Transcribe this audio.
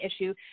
issue